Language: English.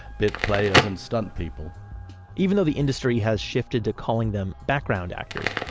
bit players, and stunt people' even though the industry has shifted to calling them background actors,